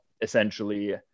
essentially